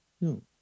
No